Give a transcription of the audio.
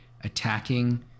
attacking